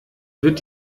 wird